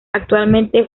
actualmente